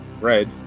Red